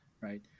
right